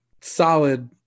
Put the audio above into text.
solid